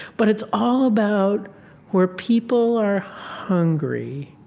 but it's all about where people are hungry.